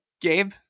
Gabe